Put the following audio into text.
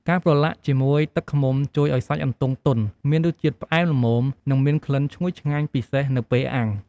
ការប្រឡាក់ជាមួយទឹកឃ្មុំជួយឱ្យសាច់អន្ទង់ទន់ មានរសជាតិផ្អែមល្មម និងមានក្លិនឈ្ងុយឆ្ងាញ់ពិសេសនៅពេលអាំង។